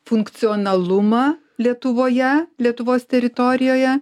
funkcionalumą lietuvoje lietuvos teritorijoje